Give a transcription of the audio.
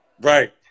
Right